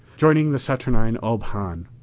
joining the saturnine ob hahn,